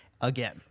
again